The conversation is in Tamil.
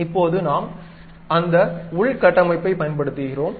இப்போது நாம் அந்த உள் கட்டமைப்பைப் பயன்படுத்துகிறோம்